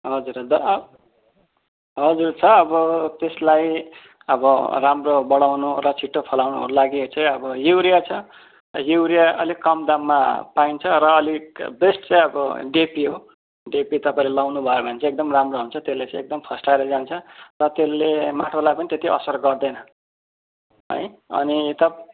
हजुर हजुर द अ हजुर छ अब त्यसलाई अब राम्रो बडाउनु र छिट्टो फलाउनुको लागि चाहिँ अब युरिया छ युरिया अलिक कम दाममा पाइन्छ र अलिक बेस्ट चाहिँ अब डिएपी हो डिएपी तपाईँले लाउनुभयो भने चाहिँ एकदम राम्रो हुन्छ त्यसले चाहिँ एकदम फस्टाएर जान्छ र त्यसले माटोलाई पनि त्यति असर गर्दैन है अनि तप